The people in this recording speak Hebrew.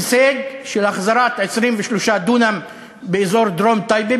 הישג של החזרת 23 דונם באזור דרום טייבה,